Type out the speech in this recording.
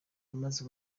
yamaze